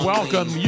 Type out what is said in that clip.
Welcome